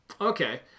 Okay